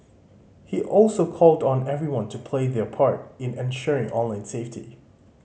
he also called on everyone to play their part in ensuring online safety